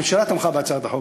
הממשלה תמכה בהצעת החוק,